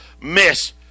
miss